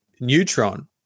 Neutron